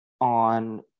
on